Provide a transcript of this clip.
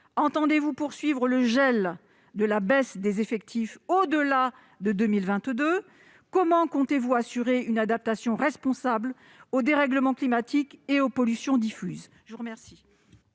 entendez-vous poursuivre le gel de la baisse des effectifs de ces agences au-delà de 2022 ? Comment comptez-vous assurer une adaptation responsable au dérèglement climatique et aux pollutions diffuses ?